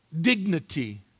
dignity